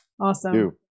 Awesome